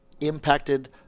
impacted